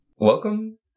Welcome